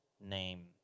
name